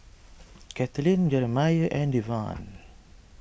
Katelyn Jerimiah and Devan